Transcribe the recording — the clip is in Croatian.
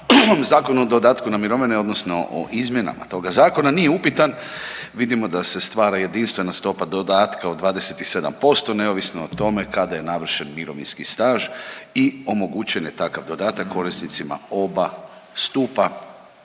zakonu, dodatku na mirovine, odnosno o izmjenama toga zakona nije upitan, vidimo da se stvara jedinstvena stopa dodatka od 27% neovisno o tome kada je narušen mirovinski staž i omogućen je takav dodatak korisnicima oba stupa